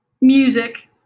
Music